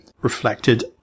reflected